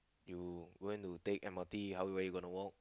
you want to take M_R_T how will you gonna walk